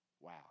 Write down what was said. Wow